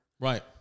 Right